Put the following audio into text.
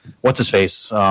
what's-his-face